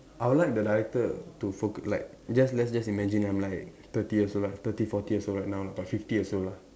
I would like the director to focu~ like just let's just imagine I'm like thirty years old lah thirty forty years old right now about fifty years old lah